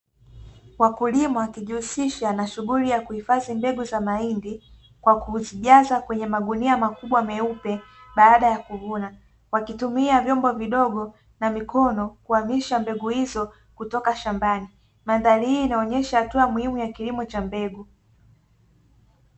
Wakulima wakijihusisha na shughuli za kuhifadhi mbegu za mahindi kwa kuzijaza kwenye magunia makubwa meupe, baada ya kuvuna, wakitumia vyombo vidogo na mikono, kuhamisha mbegu hizo kutoka shambani. Mandhari hii inaonesha hatua muhimu ya kilimo cha mbegu.